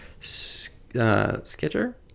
Sketcher